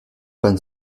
panne